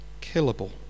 killable